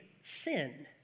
sin